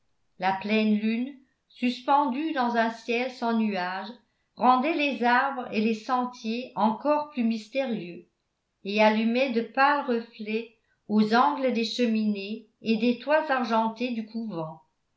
la pleine lune suspendue dans un ciel sans nuage rendait les arbres et les sentiers encore plus mystérieux et allumait de pâles reflets aux angles des cheminées et des toits argentés du couvent